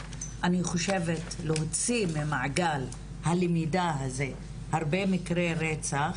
אני חושבת להוציא ממעגל הלמידה הזה הרבה מקרי רצח,